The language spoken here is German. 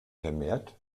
vermehrt